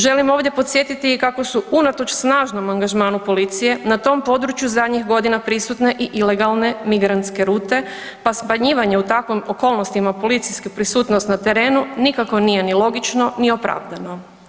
Želim ovdje podsjetiti i kako su unatoč snažnom angažmanu policije na tom području zadnjih godina prisutne i ilegalne migrantske rute pa smanjivanje u takvim okolnostima policijsku prisutnost na terenu, nikako nije ni logično ni opravdano.